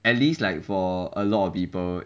at least like for a lot of people